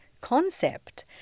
concept